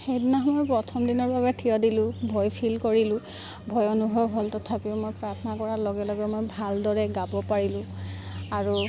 সেইদিনাখনো প্ৰথমদিনৰ বাবে ঠিয় দিলোঁ ভয় ফিল কৰিলোঁ ভয় অনুভৱ হ'ল তথাপিও মই প্ৰাৰ্থনা কৰাৰ লগে লগে মই ভালদৰে গাব পাৰিলোঁ আৰু